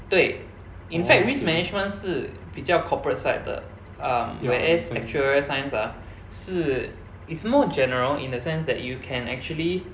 对 in fact risk management 是比较 corporate side 的 um whereas actuarial science ah 是 is more general in the sense that you can actually